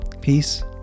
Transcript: Peace